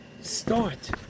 start